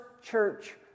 church